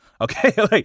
okay